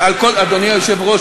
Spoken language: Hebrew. אדוני היושב-ראש,